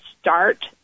start